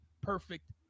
perfect